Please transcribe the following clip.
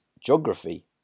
Geography